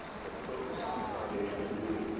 the focus on the foundational reading.